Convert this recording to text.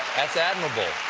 that's admirable.